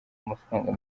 amafaranga